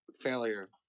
failure